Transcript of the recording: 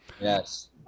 Yes